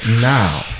Now